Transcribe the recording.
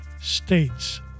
States